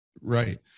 Right